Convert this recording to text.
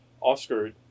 Oscar